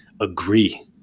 agree